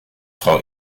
frau